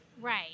right